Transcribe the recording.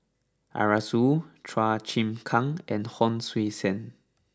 Arasu Chua Chim Kang and Hon Sui Sen